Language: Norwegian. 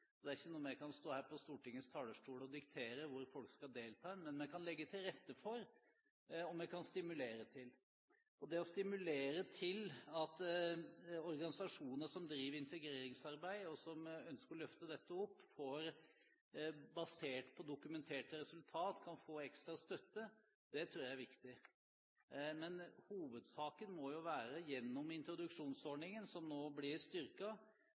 kan ikke stå her på Stortingets talerstol og diktere hvor folk skal delta, men vi kan «legge til rette for», og vi kan «stimulere til». Det å stimulere til at organisasjonene som driver med integreringsarbeid, og som ønsker å løfte dette opp, basert på dokumenterte resultater kan få ekstra støtte, tror jeg er viktig. Men hovedsaken må jo være gjennom introduksjonsordningen, som nå blir